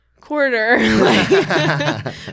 quarter